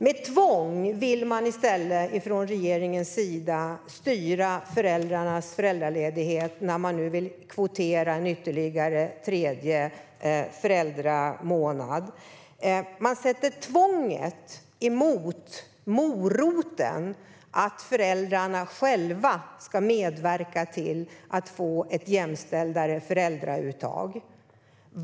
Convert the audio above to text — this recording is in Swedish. Med tvång vill man i stället från regeringens sida styra föräldrarnas föräldraledighet när man nu vill kvotera en tredje föräldramånad. Man sätter tvånget mot moroten att föräldrarna själva ska medverka till att få ett mer jämställt uttag av föräldraledighet.